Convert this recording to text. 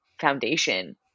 foundation